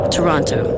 Toronto